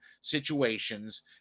situations